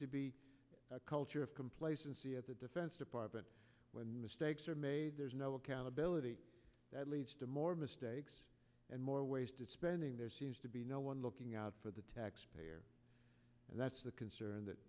to be a culture of complacency at the defense department when mistakes are made there's no accountability that leads to more mistakes and more wasted spending there seems to be no one looking out for the taxpayer and that's the concern that